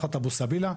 ממשפחת אבו-סבילה.